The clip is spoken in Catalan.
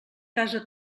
casa